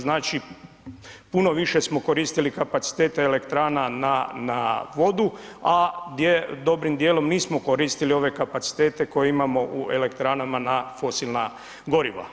Znači puno više smo koristili kapacitete elektrana na vodu, a dobrim dijelom nismo koristili ove kapacitete koje imamo u elektranama na fosilna goriva.